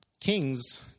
kings